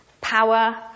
power